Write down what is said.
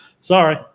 sorry